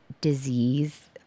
disease